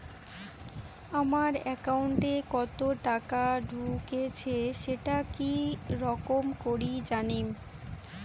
আমার একাউন্টে কতো টাকা ঢুকেছে সেটা কি রকম করি জানিম?